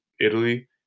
Italy